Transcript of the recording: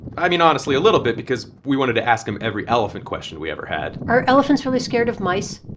i mean, honestly, a little bit because we wanted to ask him every elephant question we ever had are elephants really scared of mice?